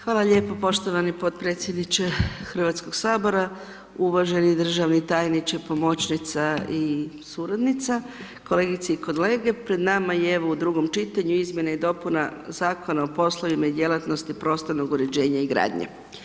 Hvala lijepo poštovani potpredsjedniče HS-a, uvaženi državni tajniče, pomoćnica i suradnica, kolegice i kolege, pred nama je, evo, u drugom čitanju, Izmjene i dopuna Zakona o poslovima i djelatnosti prostornog uređenja i gradnje.